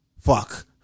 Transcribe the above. Fuck